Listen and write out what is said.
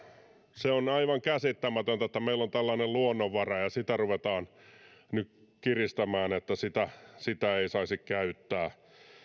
se on aivan käsittämätöntä että meillä on tällainen luonnonvara ja sitä ruvetaan nyt kiristämään että sitä sitä ei saisi käyttää